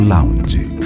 Lounge